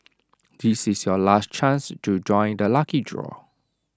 this is your last chance to join the lucky draw